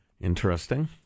Interesting